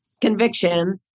conviction